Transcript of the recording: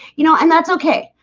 you know, and that's okay,